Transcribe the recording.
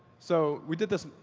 so we did this.